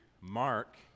Mark